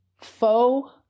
faux